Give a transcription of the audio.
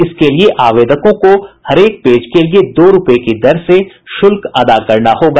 इसके लिए आवेदकों को हरेक पेज के लिए दो रूपये की दर से शुल्क देना होगा